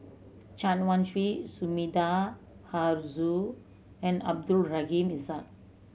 Chen Wen Hsi Sumida Haruzo and Abdul Rahim Ishak